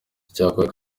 icyakora